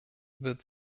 wird